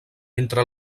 entre